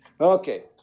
Okay